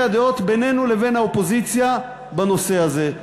הדעות בינינו לבין האופוזיציה בנושא הזה.